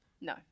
No